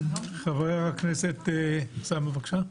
חבר הכנסת אוסאמה, בבקשה.